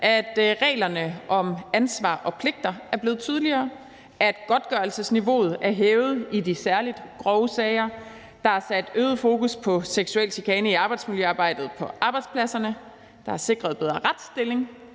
at reglerne om ansvar og pligter er blevet tydeligere, at godtgørelsesniveauet er hævet i de særlig grove sager, at der er sat øget fokus på seksuel chikane i arbejdsmiljøarbejdet på arbejdspladserne, og at der er sikret en bedre retsstilling